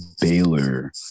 Baylor